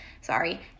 sorry